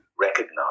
recognize